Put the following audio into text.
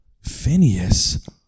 Phineas